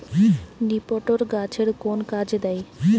নিপটর গাছের কোন কাজে দেয়?